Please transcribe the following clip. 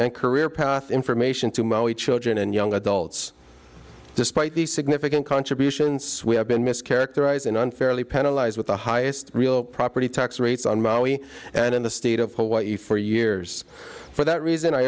and career path information to maui children and young adults despite the significant contributions we have been mischaracterized in unfairly penalize with the highest real property tax rates on maui and in the state of hawaii for years for that reason i